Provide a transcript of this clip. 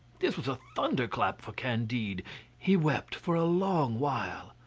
this was a thunderclap for candide he wept for a long while.